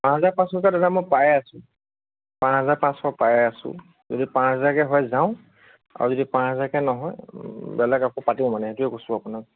পাঁচ হাজাৰ পাঁচশকৈ দাদা মই পাই আছোঁ পাঁচ হাজাৰ পাঁচশ পাই আছোঁ যদি পাঁচ হাজাৰকৈ হয় যাওঁ আৰু যদি পাঁচ হাজাৰকৈ নহয় বেলেগ আকৌ পাতোঁ মানে সেইটোৱেই কৈছোঁ আপোনাক